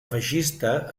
feixista